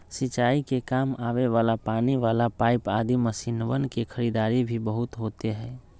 सिंचाई के काम आवे वाला पानी वाला पाईप आदि मशीनवन के खरीदारी भी बहुत होते हई